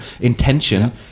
intention